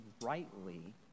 rightly